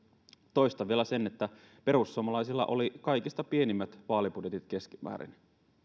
toistan vielä sen että perussuomalaisilla oli kaikista pienimmät vaalibudjetit keskimäärin vielä